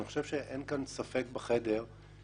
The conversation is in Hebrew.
אני חושב שאין כאן ספק בחדר שאנחנו